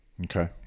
Okay